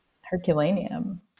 herculaneum